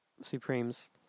Supremes